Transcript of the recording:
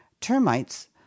Termites